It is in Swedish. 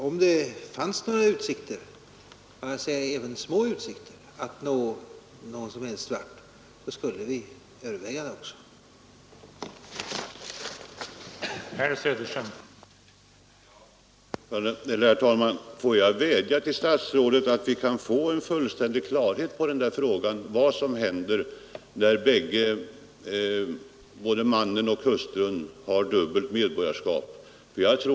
Om det fanns utsikter — även om de vore små — att nå något som helst resultat skulle vi också överväga att ta upp förhandlingar.